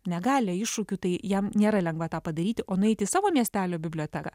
negalią iššūkių tai jam nėra lengva tą padaryti o nueiti į savo miestelio biblioteką